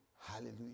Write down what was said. Hallelujah